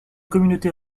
communauté